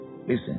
listen